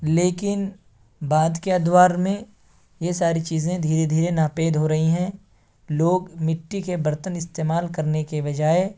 لیکن بعد کے ادوار میں یہ ساری چیزیں دھیرے دھیرے ناپید ہو رہی ہیں لوگ مٹی کے برتن استعمال کرنے کے بجائے